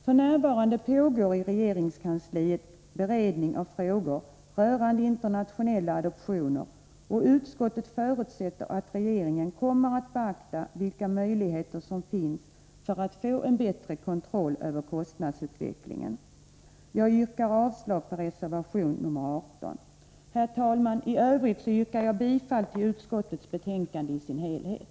F.n. pågår i regeringskansliet en beredning av frågor rörande internationella adoptioner, och utskottet förutsätter att regeringen beaktar vilka möjligheter som finns att få en bättre kontroll över kostnadsutvecklingen: Jag yrkar avslag på reservation nr 18. Herr talman! I övrigt yrkar jag bifall till utskottets hemställan i dess helhet.